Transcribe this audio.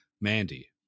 Mandy